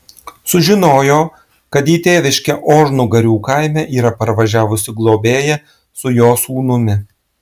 sužinojo kad į tėviškę ožnugarių kaime yra parvažiavusi globėja su jo sūnumi